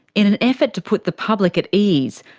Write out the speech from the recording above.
in an effort to put the public at ease,